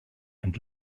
and